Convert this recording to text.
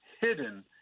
Hidden